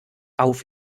auf